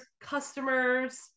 customers